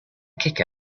kick